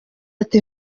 ati